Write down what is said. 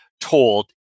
told